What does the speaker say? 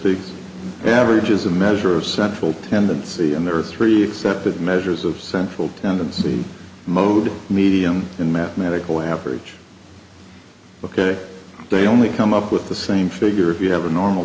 the average is a measure of central tendency and there are three accepted measures of central tendency mode medium in mathematical average ok they only come up with the same figure if you have a normal